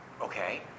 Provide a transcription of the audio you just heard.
okay